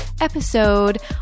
episode